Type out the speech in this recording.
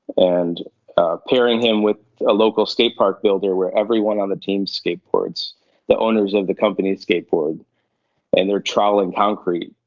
and ah pairing him with a local skatepark builder where everyone on the team skateboards the owners of the company skateboard and their troweling concrete.